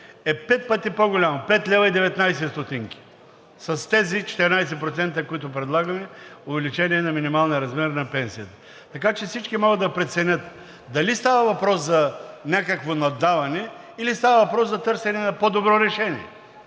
е пет пъти по-голямо – 5,19 лв., с тези 14%, които предлагаме увеличение на минималния размер на пенсията. Така че всички могат да преценят дали става въпрос за някакво наддаване, или става въпрос за търсене на по-добро решение.